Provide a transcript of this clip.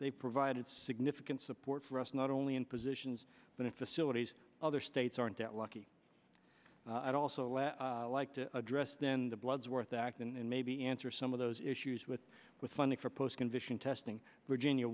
they provided significant support for us not only in positions but in facilities other states aren't that lucky i'd also like like to address then the bloodsworth act and maybe answer some of those issues with with funding for postcondition testing virginia